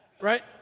right